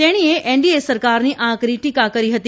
તેણીએ એનડીએ સરકારની આકરી ટીકા કરી હતી